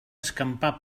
escampar